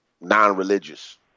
non-religious